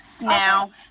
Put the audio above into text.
now